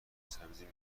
سبزی